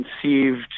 conceived